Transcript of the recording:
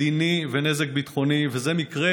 נזק מדיני ונזק ביטחוני.